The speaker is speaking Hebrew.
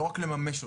לא רק לממש אותם.